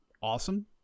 awesome